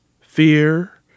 fear